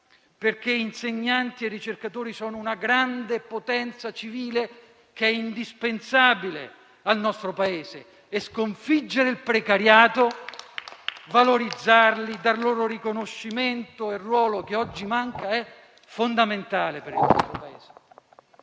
perché insegnanti e ricercatori sono una grande potenza civile che è indispensabile al nostro Paese e sconfiggere il precariato, valorizzarli e dare loro il riconoscimento e il ruolo che oggi manca è fondamentale per il nostro Paese.